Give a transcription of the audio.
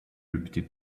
repeated